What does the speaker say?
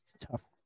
tough